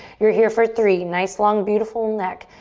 you're here for three, nice long, beautiful neck,